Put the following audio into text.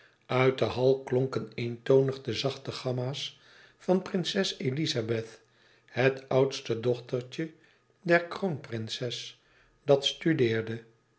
uit den hall klonken eentonig de zachte gamma's van prinses elizabeth het oudste dochtertje der kroonprinses dat studeerde